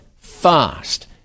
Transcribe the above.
Fast